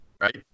Right